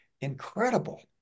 incredible